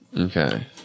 Okay